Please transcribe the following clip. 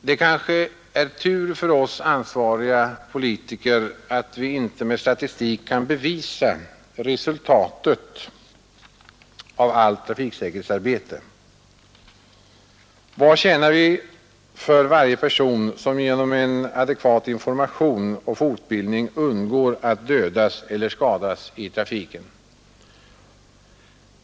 Det är kanske tur för oss ansvariga politiker att vi inte med statistik kan bevisa resultatet av allt trafiksäkerhetsarbete. Hur mycket tjänar vi för varje person som genom adekvat information och fortbildning undgår att dödas eller skadas i trafiken?